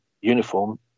uniform